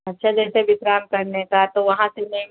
अच्छा जैसे विश्राम करने का तो वहाँ से लें